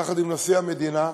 יחד עם נשיא המדינה,